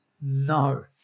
No